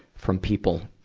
from people.